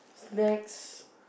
snacks